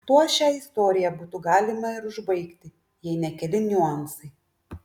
tuo šią istoriją būtų galima ir užbaigti jei ne keli niuansai